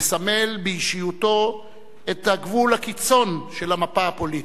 לסמל באישיותו את הגבול הקיצון של המפה הפוליטית.